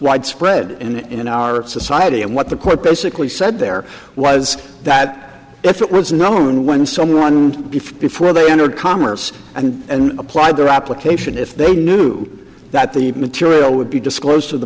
widespread in our society and what the court basically said there was that if it was known when someone before they entered commerce and and applied their application if they knew that the material would be disclosed to the